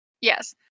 yes